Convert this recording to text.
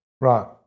Right